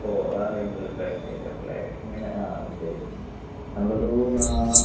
ഓ ആ റെയ്ഞ്ച്ലുള്ള പാക്കേജാണല്ലേ ഇങ്ങനെ ആ അത് ശരി നമ്മളൊരു നാ